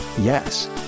Yes